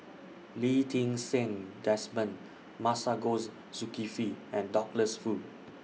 Lee Ti Seng Desmond Masagos Zulkifli and Douglas Foo